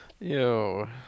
Yo